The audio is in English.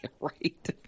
Right